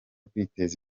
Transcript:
kwiteza